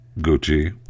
Gucci